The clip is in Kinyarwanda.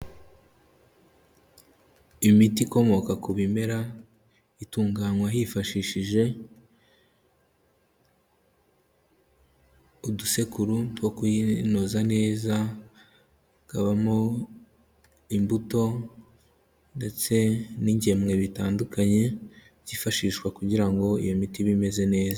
Imiti ikomoka ku bimera itunganywa hifashishije udusekuru two kuyinoza neza, hakabamo imbuto ndetse n'ingemwe bitandukanye byifashishwa kugira ngo iyo miti ibe imeze neza.